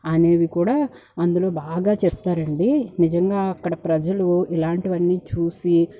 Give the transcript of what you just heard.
అనేవి కూడా అందులో బాగా చెప్తారండీ నిజంగా అక్కడ ప్రజలు ఇలాంటివన్నీ చూసి